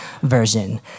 version